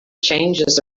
changes